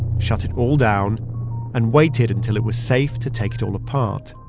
shut it all down and waited until it was safe to take it all apart.